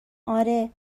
آره